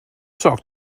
sak